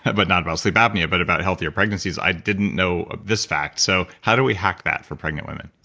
ah but not about sleep apnea, but about healthier pregnancies. i didn't know of this fact, so how do we hack that for pregnant women?